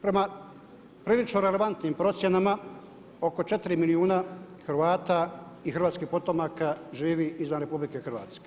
Prema prilično relevantnim procjenama oko 4 milijuna Hrvata i hrvatskih potomaka živi izvan RH.